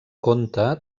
conte